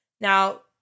Now